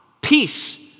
Peace